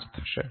5 થશે